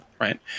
right